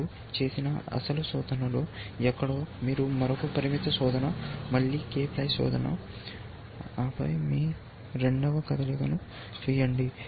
మీరు చేసిన ఆ అసలు శోధనలో ఎక్కడో మీరు మరొక పరిమిత శోధన మళ్ళీ k ప్లై శోధన ఆపై మీ రెండవ కదలికను చేయండి